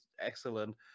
excellent